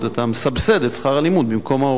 אתה מסבסד את שכר הלימוד במקום ההורים.